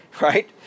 right